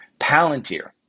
Palantir